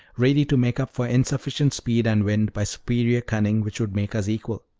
ready to make up for insufficient speed and wind by superior cunning, which would make us equal.